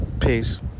Peace